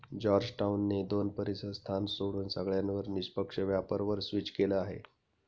Georgetown ने दोन परीसर स्थान सोडून सगळ्यांवर निष्पक्ष व्यापार वर स्विच केलं आहे